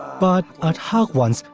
but at hagwons,